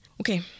Okay